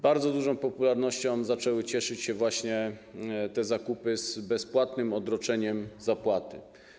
Bardzo dużą popularnością zaczęły cieszyć się właśnie te zakupy z bezpłatnym odroczeniem zapłaty.